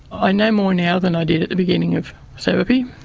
i know more now than i did at the beginning of therapy,